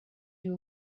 you